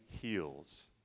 heals